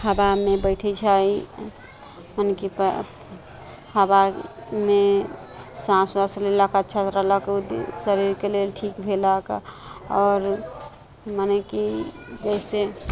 हवामे बैठै छै मने कि हवामे साँस वाँस लेलक अच्छा रहलक ओ शरीरके लेल ठीक भेलक आओर मने कि जइसे